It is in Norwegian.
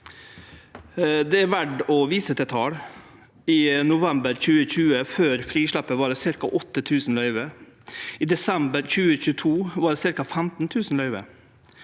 Det er verd å vise til tal. I november 2020, før frisleppet, var det ca. 8 000 løyve. I desember 2022 var det ca. 15 000 løyver.